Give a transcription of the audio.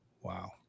Wow